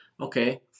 Okay